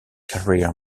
career